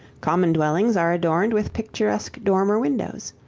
common dwellings are adorned with picturesque dormer windows.